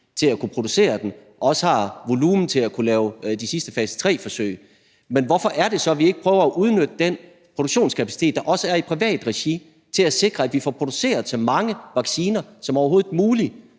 til at kunne producere den og også har volumen til at kunne lave de sidste fase tre-forsøg. Men hvorfor er det så, vi ikke prøver at udnytte den produktionskapacitet, der også er i privat regi, til at sikre, at vi får produceret så mange vacciner som overhovedet muligt?